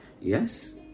yes